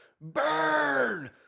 Burn